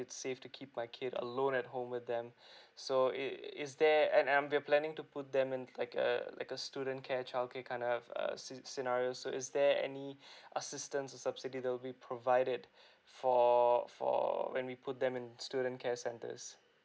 it's safe to keep my kid alone at home with them so it is there and I'm we are planning to put them in like a like a student care childcare kind of uh uh sce~ scenario so is there any assistance or subsidy that will be provided for for when we put them in student care centres